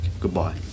Goodbye